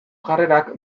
jarrerak